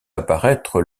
apparaître